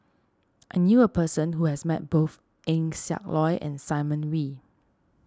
I knew a person who has met both Eng Siak Loy and Simon Wee